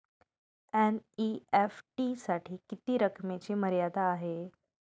NEFT साठी किती रकमेची मर्यादा आहे?